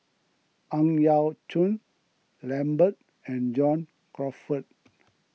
Ang Yau Choon Lambert and John Crawfurd